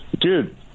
Dude